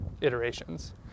iterations